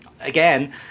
again